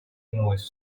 кинулась